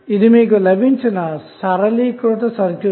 ఇది మీకు లభించిన సరళీకృత సర్క్యూట్